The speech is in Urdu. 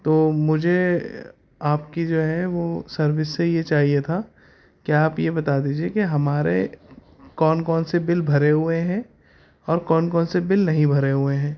تو مجھے آپ کی جو ہے وہ سروس سے یہ چاہیے تھا کیا آپ یہ بتا دیجیے کہ ہمارے کون کون سے بل بھرے ہوئے ہیں اور کون کون سے بل نہیں بھرے ہوئے ہیں